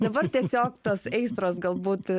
dabar tiesiog tos aistros galbūt